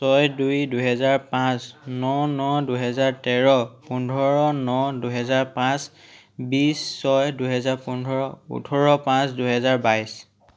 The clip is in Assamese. ছয় দুই দুহেজাৰ পাঁচ ন ন দুহেজাৰ তেৰ পোন্ধৰ ন দুহেজাৰ পাঁচ বিছ ছয় দুহেজাৰ পোন্ধৰ ওঠৰ পাঁচ দুহেজাৰ বাইশ